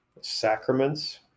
sacraments